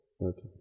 okay